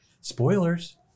Spoilers